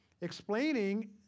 Explaining